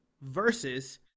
versus